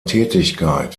tätigkeit